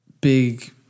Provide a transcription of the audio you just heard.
big